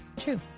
True